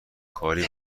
کاری